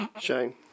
Shane